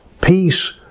peace